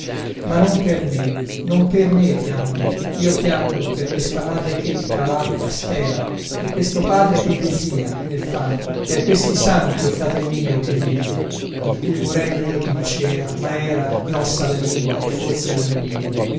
ma non per me non per me piango io piango per questa madre che tra lacqua spera per questo padre che desìa nel fango per questi santi o fratel mio che vivi di cui morendo io ti dicea ma era grossa la lingua e forse non udivi